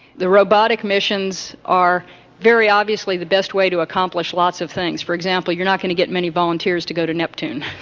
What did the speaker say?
the robotic missions are very obviously the best way to accomplish lots of things. for example, you're not going to get many volunteers to go to neptune.